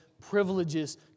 privileges